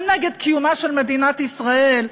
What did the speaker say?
הם נגד קיומה של מדינת ישראל,